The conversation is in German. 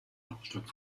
hauptstadt